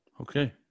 Okay